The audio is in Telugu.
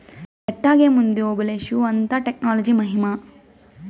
ఎట్టాగేముంది ఓబులేషు, అంతా టెక్నాలజీ మహిమా